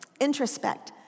introspect